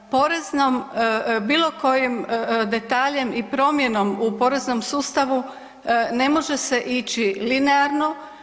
Poreznom, bilo kojim detaljem i promjenom u poreznom sustavu ne može se ići linearno.